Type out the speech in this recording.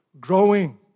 growing